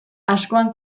askoan